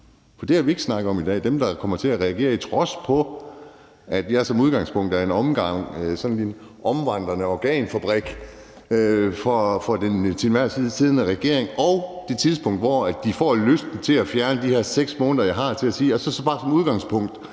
Og det har vi ikke snakket om i dag – dem, der kommer til at reagere i trods på det, altså at jeg som udgangspunkt er sådan en omvandrende organfabrik for den til enhver tid siddende regering, og hvor det på det tidspunkt, hvor de får lyst til at fjerne de her 6 måneder, som jeg har til det, så bare er sådan.